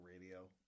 radio